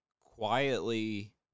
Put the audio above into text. quietly